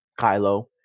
Kylo